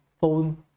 phone